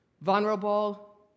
vulnerable